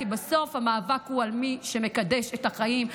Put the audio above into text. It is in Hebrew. כי בסוף המאבק הוא על מי שמקדש את החיים.